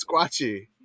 squatchy